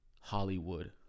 hollywood